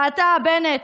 ואתה, בנט,